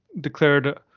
declared